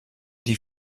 die